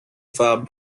far